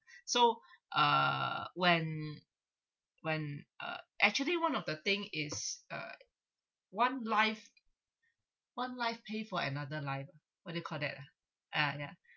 so uh when when uh actually one of the thing is uh one life one life pay for another life what do you call that ah uh ya